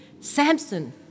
Samson